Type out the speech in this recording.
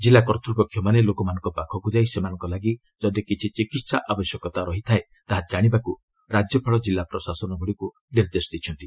ଜିଲ୍ଲା କର୍ତ୍ତୃପକ୍ଷମାନେ ଲୋକମାନଙ୍କ ପାଖକୁ ଯାଇ ସେମାନଙ୍କ ଲାଗି ଯଦି କିଛି ଚିକିିି ା ଆବଶ୍ୟକତା ରହିଛି ତାହା ଜାଶିବାକୁ ରାକ୍ୟପାଳ ଜିଲ୍ଲା ପ୍ରଶାସନ ଗୁଡ଼ିକୁ ନିର୍ଦ୍ଦେଶ ଦେଇଛନ୍ତି